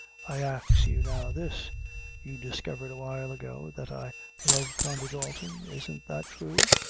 i ax you now this you discovered awhile ago that i love condy dalton? isn't that thrue?